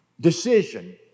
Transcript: decision